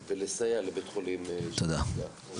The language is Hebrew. ולסייע לבית חולים שנפגע.